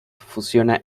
fusiona